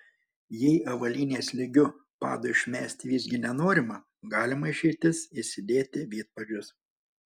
jei avalynės lygiu padu išmesti visgi nenorima galima išeitis įsidėti vidpadžius